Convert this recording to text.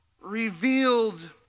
revealed